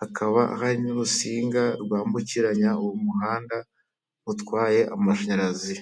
hakaba hari n'urusinga rwambukiranya uwo umuhanda utwaye amashanyarazi.